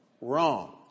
Wrong